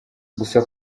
gusa